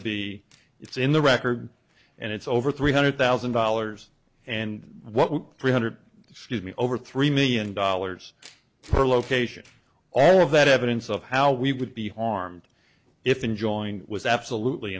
it's in the record and it's over three hundred thousand dollars and what three hundred scuse me over three million dollars for location all of that evidence of how we would be harmed if enjoying was absolutely